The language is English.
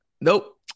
Nope